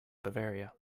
bavaria